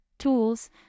tools